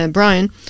Brian